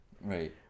right